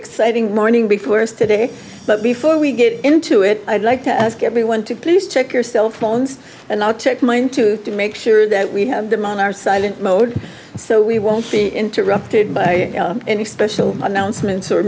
exciting morning before us today but before we get into it i'd like to ask everyone to please check your cell phones and i'll check mine to make sure that we have them on our silent mode so we won't be interrupted by any special announcements or